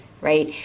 right